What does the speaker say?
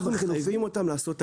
אנחנו מחייבים אותם לעשות תרגילים.